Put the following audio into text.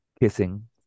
kissing